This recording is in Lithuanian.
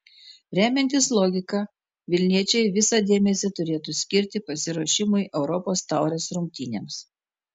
remiantis logika vilniečiai visą dėmesį turėtų skirti pasiruošimui europos taurės rungtynėms